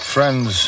Friends